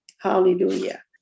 hallelujah